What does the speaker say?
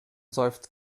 seufzt